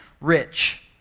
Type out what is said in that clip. rich